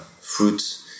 fruit